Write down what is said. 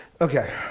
Okay